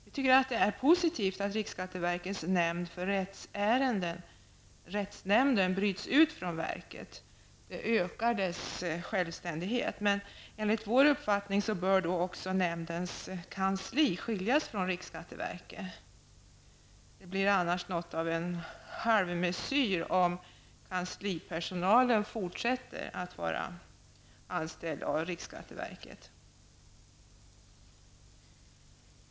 Vi tycker det är positivt att riksskatteverkets nämnd för rättsärenden, rättsnämnden, bryts ut från verket. Det ökar dess självständighet. Men enligt vår uppfattning bör också nämndens kansli skiljas från riksskatteverket. Det blir annars något av en halvmesyr, om kanslipersonalen fortsätter att vara anställd av riksskatteverket.